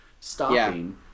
stopping